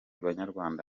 banyarwanda